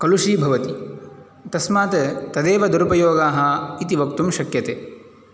कलुषीभवति तस्मात् तदेव दुरुपयोगः इति वक्तुं शक्यते